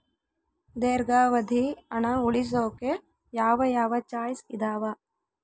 ದೇರ್ಘಾವಧಿ ಹಣ ಉಳಿಸೋಕೆ ಯಾವ ಯಾವ ಚಾಯ್ಸ್ ಇದಾವ?